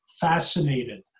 fascinated